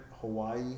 Hawaii